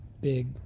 big